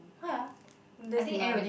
why ah less demand